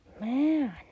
Man